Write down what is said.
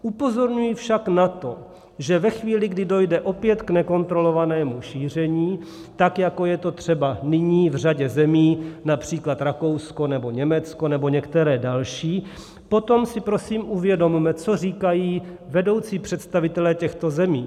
Upozorňuji však na to, že ve chvíli, kdy dojde opět k nekontrolovanému šíření, tak jako je to například nyní v řadě zemí, například Rakousko nebo Německo nebo některé další, potom si prosím uvědomme, co říkají vedoucí představitelé těchto zemí.